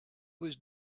was